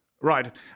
Right